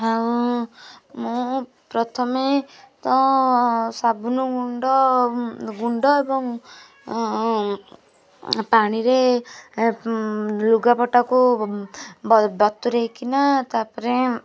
ଆଉ ମୁଁ ପ୍ରଥମେ ତ ସାବୁନୁ ଗୁଣ୍ଡ ଗୁଣ୍ଡ ଏବଂ ପାଣିରେ ଲୁଗାପଟା କୁ ବତୁରେଇ କିନା ତା'ପରେ